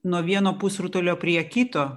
nuo vieno pusrutulio prie kito